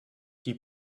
die